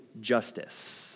justice